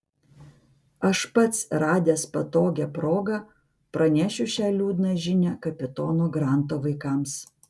aš pats radęs patogią progą pranešiu šią liūdną žinią kapitono granto vaikams